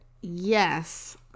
Yes